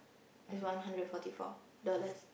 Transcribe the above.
is one hundred and forty four dollars